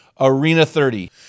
ARENA30